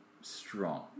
strong